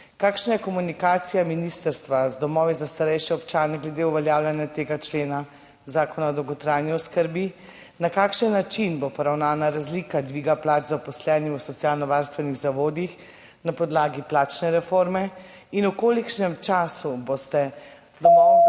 Kakšna je komunikacija ministrstva z domovi za starejše občane glede uveljavljanja tega člena Zakona o dolgotrajni oskrbi? Na kakšen način bo poravnana razlika dviga plač zaposlenim v socialnovarstvenih zavodih na podlagi plačne reforme? V kolikšnem času boste domovom za